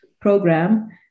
Program